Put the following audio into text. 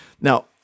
Now